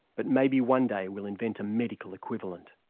but maybe one day we'll invent a medical equivalent.